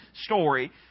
story